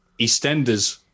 Eastenders